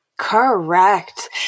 Correct